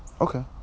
Okay